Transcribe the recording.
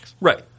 Right